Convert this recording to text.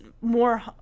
more